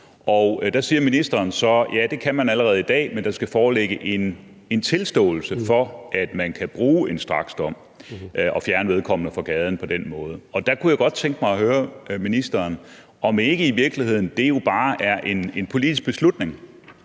Og der siger ministeren så, at det kan man allerede i dag, men at der skal foreligge en tilståelse, for at man kan bruge en straksdom og fjerne vedkommende fra gaden på den måde. Så kunne jeg godt tænke mig at høre ministeren, om ikke det i virkeligheden bare er en politisk beslutning,